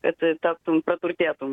kad taptum praturtėtum